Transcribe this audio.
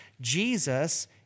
Jesus